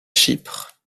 chypre